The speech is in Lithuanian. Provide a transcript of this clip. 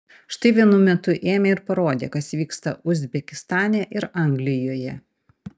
štai vienu metu ėmė ir parodė kas vyksta uzbekistane ir anglijoje